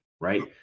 right